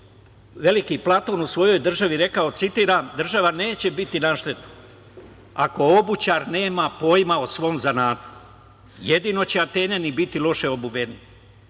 veliki Platon u svojoj državi rekao: „Država neće biti na šteti ako obućar nema pojma o svom zanatu, jedino će Atinjani biti loše obuveni,